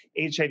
HIV